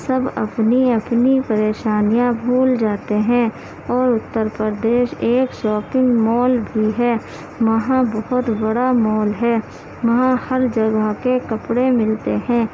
سب اپنی اپنی پریشانیاں بھول جاتے ہیں اور اتر پردیش ایک شاپنگ مال بھی ہے وہاں بہت بڑا مال ہے وہاں ہر جگہ کے کپڑے ملتے ہیں